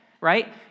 right